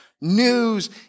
news